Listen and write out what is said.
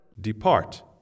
Depart